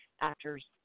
actors